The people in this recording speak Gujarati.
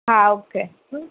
હા ઓકે હં